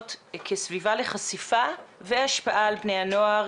כסביבה לחשיפה והשפעה על בני הנוער